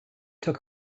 took